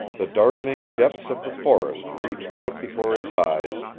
the darkening depths of the forest reached out before his eyes,